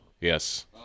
Yes